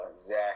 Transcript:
zach